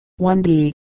1D